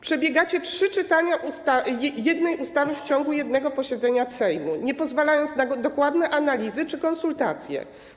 Przeprowadzacie trzy czytania jednej ustawy w ciągu jednego posiedzenia Sejmu, nie pozwalając na dokładne analizy czy konsultacje.